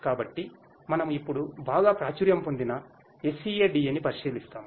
కాబట్టి మనము ఇప్పుడు బాగా ప్రాచుర్యం పొందిన SCADA ని పరిశీలిస్తాము